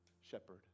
shepherd